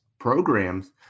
programs